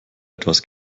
etwas